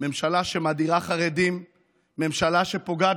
הספרדים שומרי תורה,